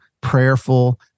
prayerful